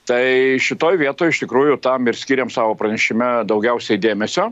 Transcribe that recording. tai šitoj vietoj iš tikrųjų tam ir skyrėm savo pranešime daugiausiai dėmesio